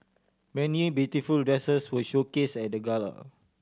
many beautiful dresses were showcase at the gala